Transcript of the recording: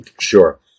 Sure